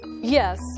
Yes